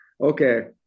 okay